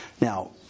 Now